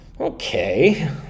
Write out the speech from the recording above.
Okay